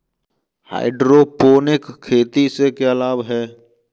Hydroponic खेती से क्या लाभ हैं?